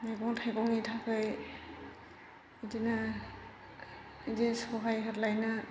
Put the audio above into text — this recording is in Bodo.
मैगं थाइगंनि थाखाय बेदिनो सहाय होद्लायनो